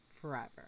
forever